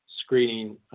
screening